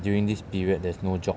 during this period there is no job